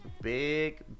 big